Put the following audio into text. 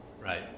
right